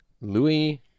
Louis